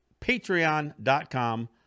patreon.com